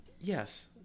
Yes